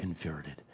converted